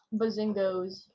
Bazingos